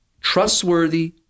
trustworthy